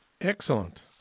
Excellent